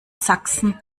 sachsen